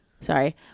Sorry